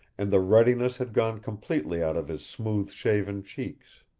and the ruddiness had gone completely out of his smooth-shaven cheeks.